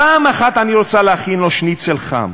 פעם אחת אני רוצה להכין לו שניצל חם.